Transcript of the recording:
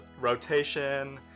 rotation